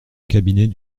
cabinet